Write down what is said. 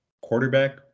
quarterback